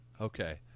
Okay